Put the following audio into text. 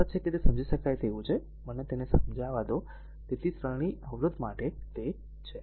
આશા છે કે તે સમજી શકાય તેવું છે મને તેને સમજાવા દો તેથી આ શ્રેણી અવરોધ માટે છે